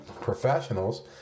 professionals